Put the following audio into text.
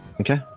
Okay